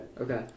Okay